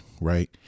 Right